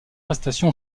prestation